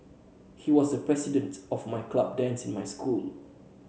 he was the president of my club dance in my school